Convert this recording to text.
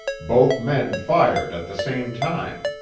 both men fired at the same time,